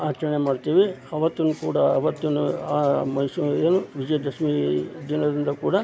ಆಚರಣೆ ಮಾಡ್ತೀವಿ ಆವತ್ತಿನ ಕೂಡ ಅವತ್ತಿನ ಆ ಮೈಸೂರು ಏನು ವಿಜಯದಶಮಿ ದಿನದಿಂದ ಕೂಡ